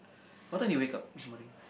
what time did you wake up this morning